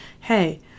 Hey